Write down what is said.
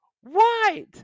white